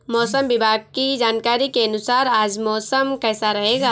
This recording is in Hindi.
मौसम विभाग की जानकारी के अनुसार आज मौसम कैसा रहेगा?